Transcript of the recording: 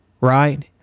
Right